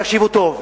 תקשיבו טוב,